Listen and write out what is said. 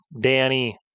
Danny